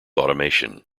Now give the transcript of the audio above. automation